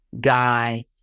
guy